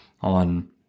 on